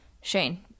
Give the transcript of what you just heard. Shane